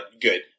good